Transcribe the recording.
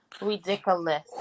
Ridiculous